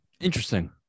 interesting